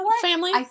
family